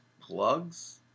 plugs